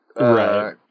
Right